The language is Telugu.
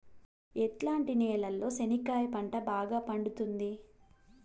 ఎట్లాంటి నేలలో చెనక్కాయ పంట బాగా పండుతుంది?